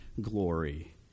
glory